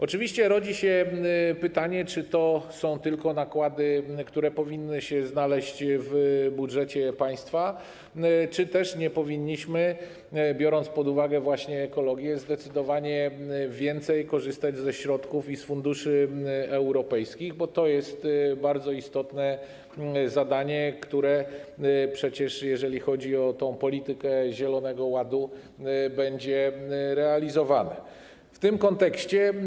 Oczywiście rodzi się pytanie, czy to są tylko nakłady, które powinny się znaleźć w budżecie państwa, czy też nie powinniśmy, biorąc pod uwagę właśnie ekologię, zdecydowanie więcej korzystać ze środków i funduszy europejskich, bo to jest bardzo istotne zadanie, które przecież, jeżeli chodzi o tę politykę zielonego ładu, będzie realizowane.